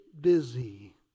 busy